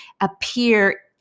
appear